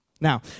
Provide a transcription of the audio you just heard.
Now